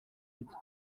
hitz